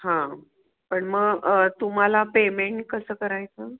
हां पण मग तुम्हाला पेमेंट कसं करायचं